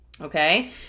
Okay